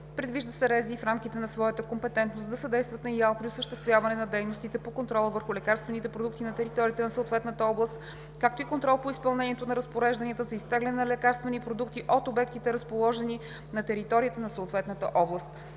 Предвижда се РЗИ, в рамките на своята компетентност, да съдействат на ИАЛ при осъществяване на дейностите по контрола върху лекарствените продукти на територията на съответната област, както и контрол по изпълнението на разпорежданията за изтегляне на лекарствени продукти от обектите, разположени на територията на съответната област.